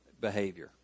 behavior